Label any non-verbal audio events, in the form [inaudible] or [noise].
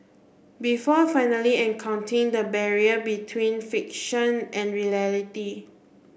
before finally [unintelligible] the barrier between fiction and reality